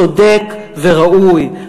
צודק וראוי,